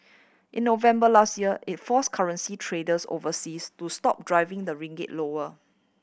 in November last year it forced currency traders overseas to stop driving the ringgit lower